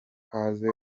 ikaze